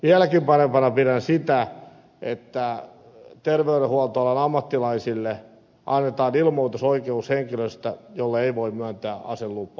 vieläkin parempana pidän sitä että terveydenhuoltoalan ammattilaisille annetaan ilmoitusoikeus henkilöstä jolle ei voi myöntää aselupaa